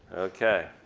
okay,